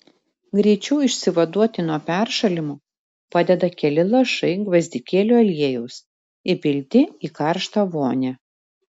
greičiau išsivaduoti nuo peršalimo padeda keli lašai gvazdikėlių aliejaus įpilti į karštą vonią